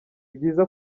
byiza